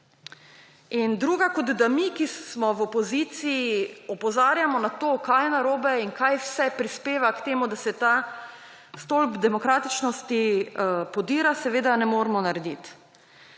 In drugo, da mi, ki smo v opoziciji, opozarjamo na to, kaj je narobe in kaj vse prispeva k temu, da se stolp demokratičnosti podira, seveda ne moremo narediti.